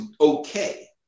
okay